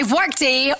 Workday